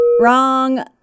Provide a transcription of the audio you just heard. Wrong